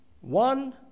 one